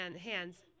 hands